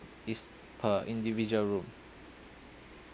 is per individual room